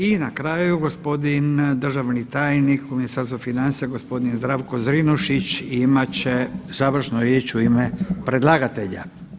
I na kraju gospodin državni tajnik u Ministarstvu financija, gospodin Zdravko Zrinušić imat će završnu riječ u ime predlagatelja.